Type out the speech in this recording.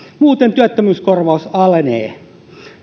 muuten työttömyyskorvaus alenee